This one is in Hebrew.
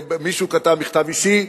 מישהו כתב מכתב אישי.